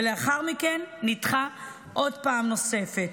ולאחר מכן הן נדחו פעם נוספת.